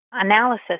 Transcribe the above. analysis